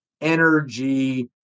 energy